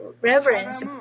reverence